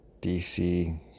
DC